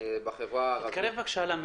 בחברה הערבית שהם